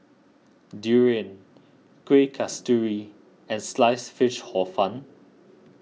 Durian Kuih Kasturi and Sliced Fish Hor Fun